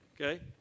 Okay